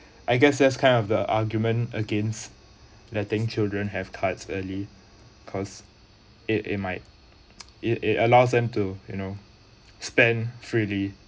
I guess that's kind of the argument against letting children have types early cause it might it it allows them to you know spend freely